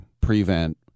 prevent